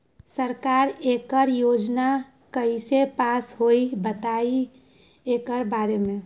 सरकार एकड़ योजना कईसे पास होई बताई एकर बारे मे?